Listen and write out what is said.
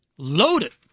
Loaded